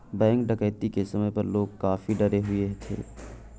bank डकैती के समय पर लोग काफी डरे हुए थे